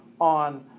on